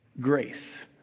grace